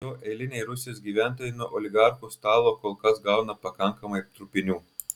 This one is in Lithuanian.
pasak jo eiliniai rusijos gyventojai nuo oligarchų stalo kol kas gauna pakankamai trupinių